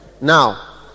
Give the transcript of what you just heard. Now